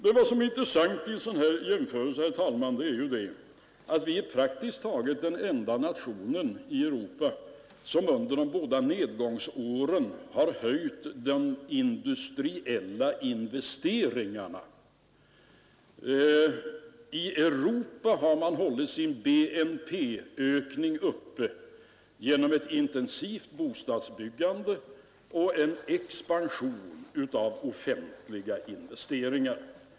Men vad som är intressant i en sådan jämförelse, herr talman, är att vi är praktiskt taget den enda nation i Europa som under de båda nedgångsåren har höjt de industriella investeringarna. I Europa har man hållit sin BNP-ökning uppe genom ett intensivt bostadsbyggande och en expansion av offentliga investeringar.